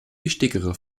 wichtigere